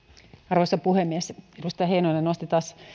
arvoisa puhemies edustaja heinonen nosti taas